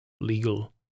legal